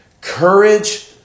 courage